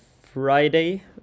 Friday